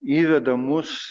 įveda mus